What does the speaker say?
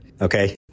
Okay